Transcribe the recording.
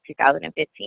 2015